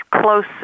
close